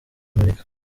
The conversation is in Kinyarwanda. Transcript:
amerika